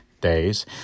days